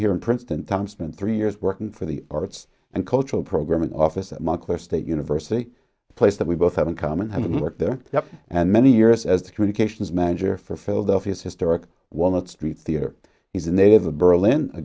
here in princeton time spent three years working for the arts and cultural programming office at montclair state university a place that we both have in common he worked there and many years as the communications manager for philadelphia's historic walnut street theater he's in they have a berlin a